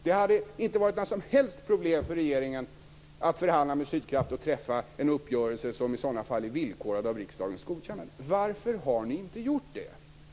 Det hade inte varit några som helst problem för regeringen att förhandla med Sydkraft och träffa en uppgörelse som i sådana fall är villkorad av riksdagens godkännande. Varför har ni inte gjort det?